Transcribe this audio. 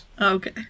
okay